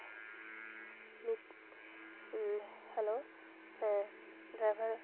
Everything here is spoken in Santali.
ᱱᱤᱛ ᱦᱮᱞᱳ ᱦᱮᱸ ᱰᱨᱟᱭᱵᱷᱟᱨ